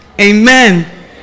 amen